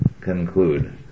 conclude